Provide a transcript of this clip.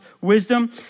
wisdom